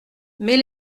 mets